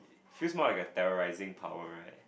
she might got terrorising power right